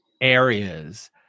areas